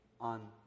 on